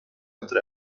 entre